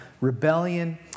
rebellion